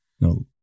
No